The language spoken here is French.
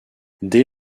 dès